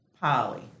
Polly